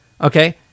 okay